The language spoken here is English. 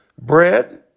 bread